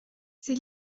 sie